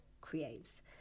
creates